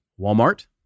Walmart